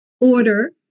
order